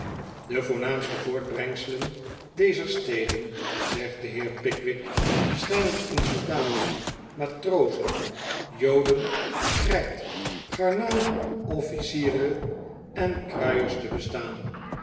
de voornaamste voortbrengselen dezer steden zegt de heer pickwick schijnen in soldaten matrozen joden krijt garnalen officieren en kruiers te bestaan